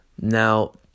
Now